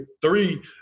three